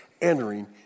entering